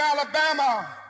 Alabama